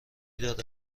داره